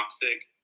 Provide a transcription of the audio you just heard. toxic